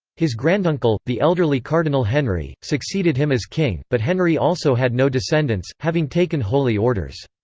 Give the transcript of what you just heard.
his granduncle, the elderly cardinal henry, succeeded him as king, but henry also had no descendants, having taken holy orders.